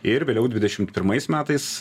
ir vėliau dvidešimt pirmais metais